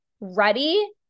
ready